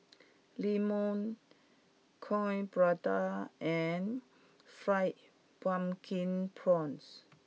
Lemang Coin Prata and Fried Pumpkin Prawns